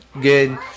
good